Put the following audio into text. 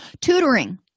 Tutoring